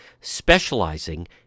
specializing